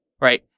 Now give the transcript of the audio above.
right